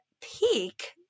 peak